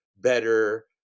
better